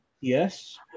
Yes